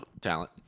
Talent